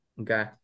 Okay